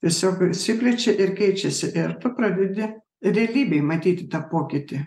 tiesiog išsiplečia ir keičiasi ir tu pradedi realybėj matyti tą pokytį